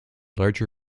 larger